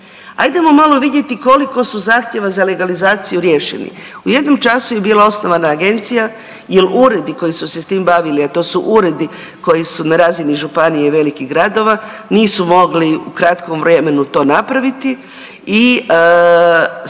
Ajdemo malo vidjeti koliko su zahtjeva za legalizaciju riješeni. U jednom času je bila osnovana agencija jel uredi koji su se s tim bavili, a to su uredi koji su na razini županije i velikih gradova, nisu mogli u kratkom vremenu to napraviti